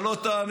אתה לא תאמין,